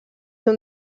ser